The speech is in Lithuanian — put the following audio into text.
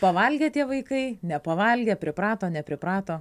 pavalgę tie vaikai nepavalgę priprato nepriprato